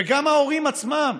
וגם ההורים עצמם,